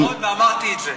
נכון, ואמרתי את זה.